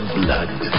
blood